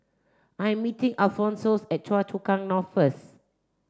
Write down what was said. I am meeting Alphonsus at Choa Chu Kang North first